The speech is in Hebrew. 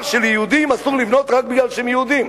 שליהודים אסור לבנות רק מפני שהם יהודים?